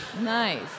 Nice